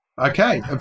Okay